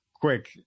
quick